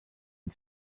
and